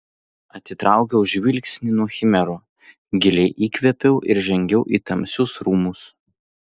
atitraukiau žvilgsnį nuo chimerų giliai įkvėpiau ir žengiau į tamsius rūmus